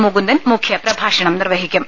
മുകുന്ദൻ മുഖ്യപ്രഭാഷണം നിർവഹിക്കും